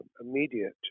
immediate